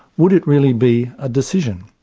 would it really be a decision?